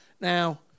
Now